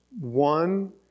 one